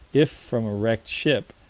if from a wrecked ship,